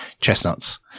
chestnuts